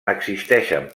existeixen